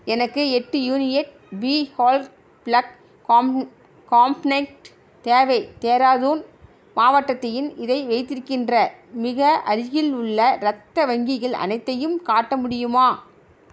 எனக்கு எட்டு units B whole blood component தேவை தேராதூன் மாவட்டத்தில் இதை வைத்திருக்கின்ற மிக அருகிலுள்ள இரத்த வங்கிகள் அனைத்தையும் காட்ட முடியுமா